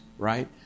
Right